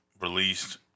released